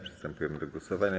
Przystępujemy do głosowania.